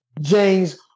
James